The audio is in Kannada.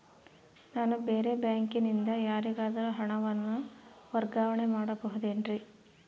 ನಾನು ಬೇರೆ ಬ್ಯಾಂಕಿನಿಂದ ಯಾರಿಗಾದರೂ ಹಣವನ್ನು ವರ್ಗಾವಣೆ ಮಾಡಬಹುದೇನ್ರಿ?